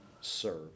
serve